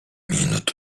minut